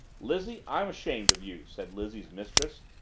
lizzie, i'm ashamed of you! said lizzie's mistress.